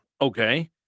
okay